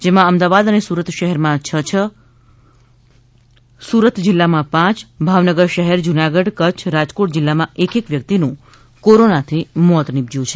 જેમાં અમદાવાદ અને સુરત શહેરમાં છ છ સુરત જિલ્લામાં પાંચ ભાવનગર શહેર જૂનાગઢ કચ્છ રાજકોટ જિલ્લામાં એક એક વ્યક્તિનું કોરોનાથી મોત નિપજ્યું છે